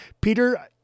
Peter